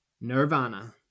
nirvana